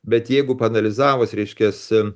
bet jeigu paanalizavus reiškias